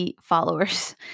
followers